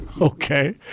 Okay